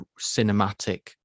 cinematic